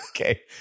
Okay